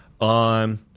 on